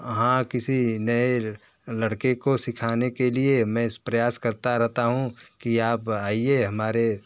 हाँ किसी नए लड़के को सिखाने के लिए मैं इस प्रयास करता रहता हूँ कि आप आइए हमारे